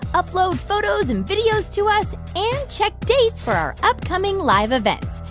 upload photos and videos to us and check dates for our upcoming live events.